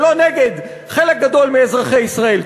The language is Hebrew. ולא נגד חלק גדול מאזרחי ישראל.